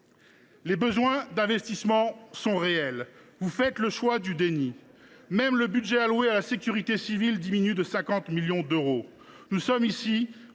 les besoins d’investissement sont bien réels, vous faites le choix du déni. Même le budget alloué à la sécurité civile diminue de plus de 50 millions d’euros. Nous sommes